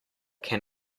can